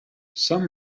some